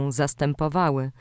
zastępowały